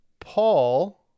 Paul